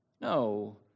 No